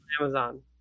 Amazon